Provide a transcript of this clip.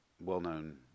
well-known